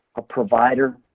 a provider,